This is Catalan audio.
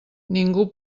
ningú